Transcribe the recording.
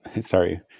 sorry